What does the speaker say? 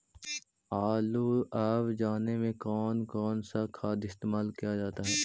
आलू अब जाने में कौन कौन सा खाद इस्तेमाल क्या जाता है?